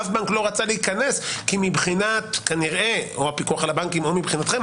אף בנק לא רצה להיכנס כי מבחינת או הפיקוח על הבנקים או מבחינתכם,